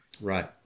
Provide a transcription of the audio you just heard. Right